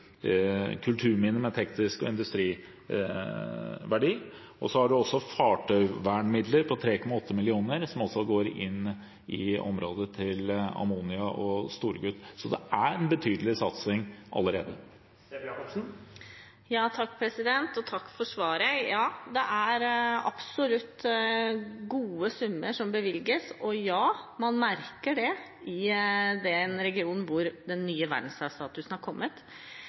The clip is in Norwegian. kulturminner med teknisk verdi og industriverdi og fartøyvernmidler på 3,8 mill. kr til Ammonia og Storegut, som også går i området. Så det er en betydelig satsing allerede. Takk for svaret. Ja, det er absolutt gode summer som bevilges, og ja, man merker det i regionen at man har fått verdensarvstatus. Jeg er litt opptatt av det